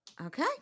Okay